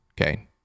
okay